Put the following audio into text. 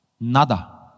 Nada